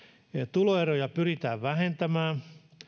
tuloeroja pyritään vähentämään